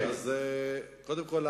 אז קודם כול,